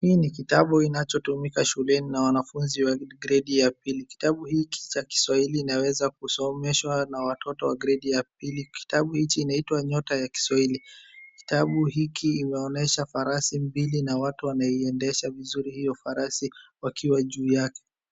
Hii ni kitabu inachotumika shuleni na wanafunzi wa gredi ya pili. Kitabu hiki cha kiswahili inaweza kosomeshwa na watoto wa gredi ya pili. Kitabu hichi inaitwa nyota ya kiswahili. Kitabu hiki imeonesha farasi mbili na watu wanaiendesha vizuri hio farasi wakiwa juu yake.